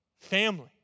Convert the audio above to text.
family